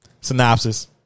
Synopsis